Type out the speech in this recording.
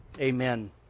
amen